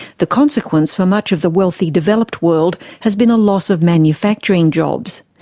the consequence for much of the wealthy, developed world has been a loss of manufacturing jobs.